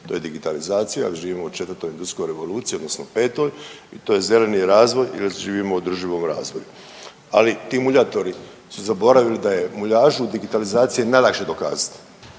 To je digitalizacija, živimo u četvrtoj industrijskoj revoluciji odnosno petoj i to je zeleni razvoj jer živimo u održivom razvoju, ali ti muljatori su zaboravili da je muljažu u digitalizaciji najlakše dokazati,